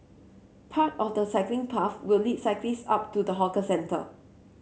part of the cycling path will lead cyclist up to the hawker centre